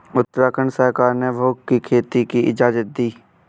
उत्तराखंड सरकार ने भाँग की खेती की इजाजत दी है